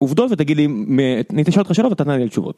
עובדות ותגיד לי... אממ.. נשאל אותך שאלות ותענה לי עליהן תשובות.